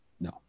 No